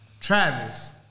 Travis